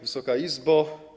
Wysoka Izbo!